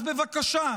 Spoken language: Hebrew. אז בבקשה.